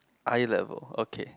eye level okay